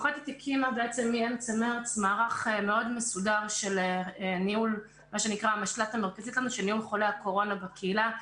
מערך מאוד מסודר של ניהול חולי הקורונה בקהילה.